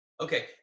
Okay